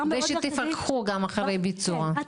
ושתפקחו גם אחרי ביצוע.